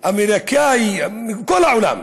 אמריקאי, מכל העולם,